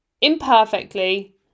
imperfectly